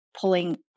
pulling